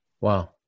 Wow